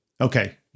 Okay